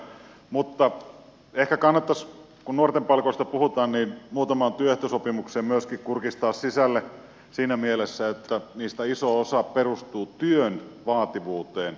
mutta ehkä kannattaisi kun nuorten palkoista puhutaan muutamaan työehtosopimukseen myöskin kurkistaa sisälle siinä mielessä että niistä iso osa perustuu työn vaativuuteen